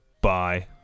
Bye